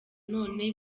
none